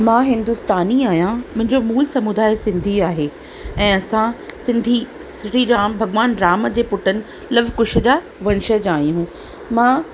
मां हिंदुस्तानी आहियां ऐं मुंहिंजो मूल समुदाय सिंधी आहे ऐं असां सिंधी श्री राम भगवानु राम जे पुटनि लव कुश जा वंशज आहियूं मां